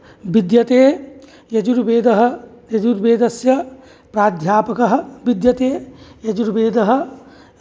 विद्यते यजुर्वेदः यजुर्वेदस्य प्राध्यापकः विद्यते यजुर्वेदः